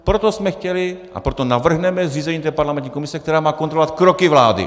Proto jsme chtěli a proto navrhneme zřízení té parlamentní komise, která má kontrolovat kroky vlády.